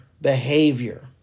behavior